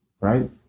right